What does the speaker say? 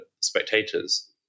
Spectators